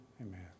Amen